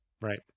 right